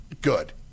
good